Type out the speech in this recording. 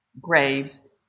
graves